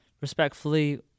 Respectfully